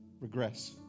regress